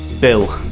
Bill